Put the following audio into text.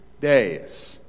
days